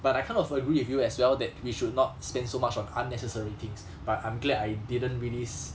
but I kind of agree with you as well that we should not spend so much on unnecessary things but I'm glad I didn't really